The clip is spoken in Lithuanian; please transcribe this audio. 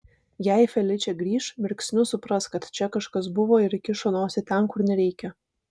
jei feličė grįš mirksniu supras kad čia kažkas buvo ir įkišo nosį ten kur nereikia